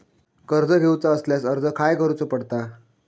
कर्ज घेऊचा असल्यास अर्ज खाय करूचो पडता?